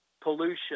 pollution